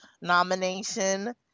nomination